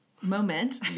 moment